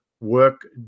work